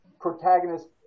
protagonist